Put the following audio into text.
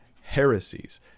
heresies